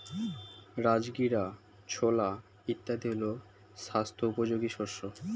রাজগীরা, ছোলা ইত্যাদি হল স্বাস্থ্য উপযোগী শস্য